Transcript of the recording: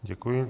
Děkuji.